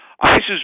ISIS